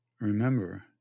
remember